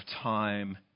time